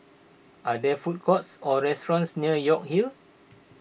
are there food courts or restaurants near York Hill